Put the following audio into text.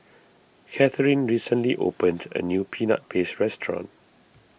Catherine recently opened a new Peanut Paste restaurant